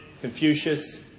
Confucius